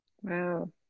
Wow